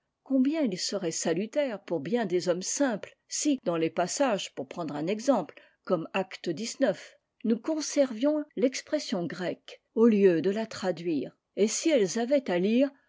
combien il serait salutaire pour bien des personnes simples si dans des passages pour prendre un exemple comme actes xix nous conservions l'expression grecque au lieu de la traduire et si elles avaient à lire